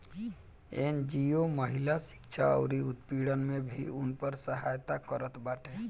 NGO महिला शिक्षा अउरी उत्पीड़न में भी उनकर सहायता करत बाटे